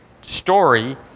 story